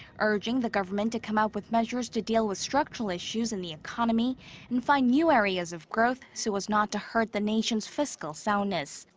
urging the government to come up with measures to deal with structural issues in the economy and find new areas of growth. so as not to hurt the nation's fiscal soundness.